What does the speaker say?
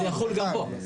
-- זה יחול גם פה.